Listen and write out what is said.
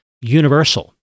Universal